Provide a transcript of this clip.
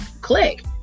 click